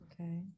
Okay